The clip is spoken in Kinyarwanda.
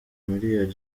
miliyali